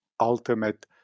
ultimate